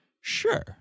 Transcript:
sure